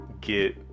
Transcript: get